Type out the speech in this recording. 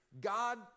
God